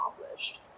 accomplished